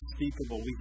unspeakable